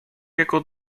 jego